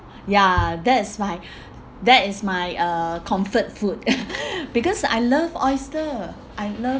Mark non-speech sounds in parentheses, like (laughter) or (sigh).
ya that's my that is my uh comfort food (noise) because I love oyster I love